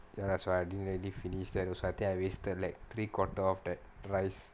ya that's why I didn't really finish that also I think I wasted like three quarter of that rice